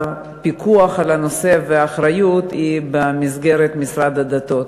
הפיקוח על הנושא והאחריות הם במסגרת משרד הדתות.